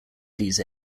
these